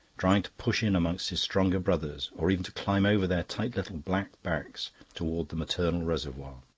trying to push in among his stronger brothers or even to climb over their tight little black backs towards the maternal reservoir.